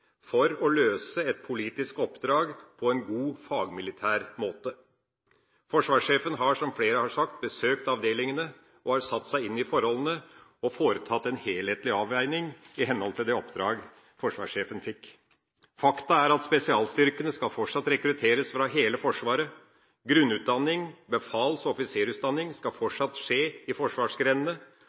for å løse et politisk oppdrag på en god fagmilitær måte. Forsvarssjefen har, som flere har sagt, besøkt avdelingene, satt seg inn i forholdene og foretatt en helhetlig avveining i henhold til det oppdrag forsvarssjefen fikk. Fakta er at spesialstyrkene fortsatt skal rekrutteres fra hele Forsvaret. Grunnutdanning, befals- og offisersutdanning skal fortsatt skje i forsvarsgrenene,